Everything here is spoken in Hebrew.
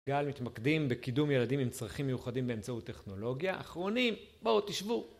גל מתמקדים בקידום ילדים עם צרכים מיוחדים באמצעות טכנולוגיה. אחרונים, בואו תישבו.